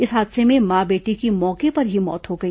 इस हादसे में मां बेटी की मौके पर ही मौत हो गई